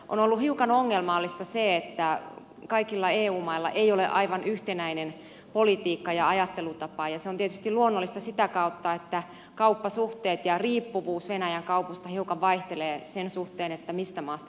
on ollut hiukan ongelmallista se että kaikilla eu mailla ei ole aivan yhtenäinen politiikka ja ajattelutapa ja se on tietysti luonnollista sitä kautta että kauppasuhteet ja riippuvuus venäjän kaupasta hiukan vaihtelevat sen mukaan mistä maasta puhutaan